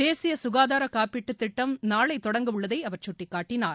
தேசிய சுகாதார காப்பீட்டுத் திட்டம் நாளை தொடங்கவுள்ளதை அவர் சுட்டிக்காட்டினார்